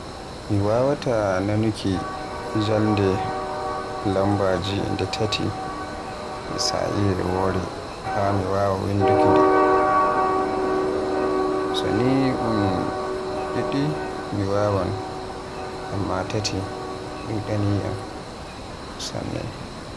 Mi wawaata nanuuki jannde lambaaji nde tati e sa'ire wore haa mi wawa winduki nde. Mo ni un didi mi wawai amma taati dudaaniyam. Sanne